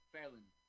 Fairland